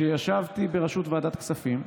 כשישבתי בראשות ועדת הכספים,